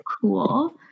Cool